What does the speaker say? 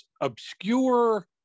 obscure